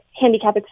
handicap